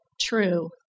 true